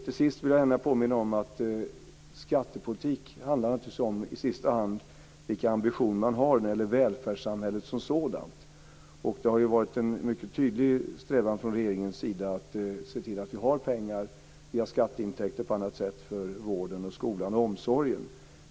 Till sist vill jag påminna om att skattepolitik i sista hand handlar om vilken ambition man har när det gäller välfärdssamhället som sådant. Det har ju varit en mycket tydlig strävan från regeringens sida att via skatteintäkter och på annat sätt se till att vi har pengar för vården, skolan och omsorgen.